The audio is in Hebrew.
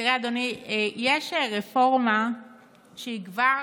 תראה, אדוני, יש רפורמה שהיא כבר,